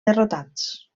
derrotats